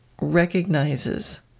recognizes